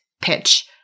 pitch